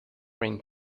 rain